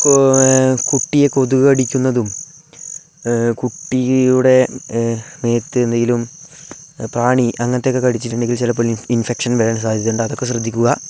കുട്ടിയെ കൊതുകു കടിക്കുന്നതും കുട്ടിയുടെ മേത്ത് എന്തെങ്കിലും പ്രാണി അങ്ങനത്തെയൊക്കെ കടിച്ചിട്ടുണ്ടെങ്കിൽ ചിലപ്പോള് ഇൻഫെക്ഷൻ വരാൻ സാധ്യതയുണ്ട് അതൊക്കെ ശ്രദ്ധിക്കുക